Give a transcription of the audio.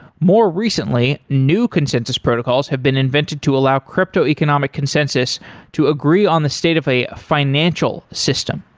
more recently, new consensus protocols have been invented to allow crypto economic consensus to agree on the state of a financial system.